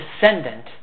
descendant